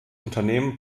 unternehmen